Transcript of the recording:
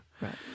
Right